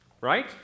right